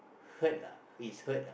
hurt lah is hurt lah